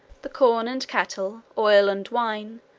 the corn and cattle, oil and wine,